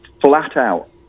flat-out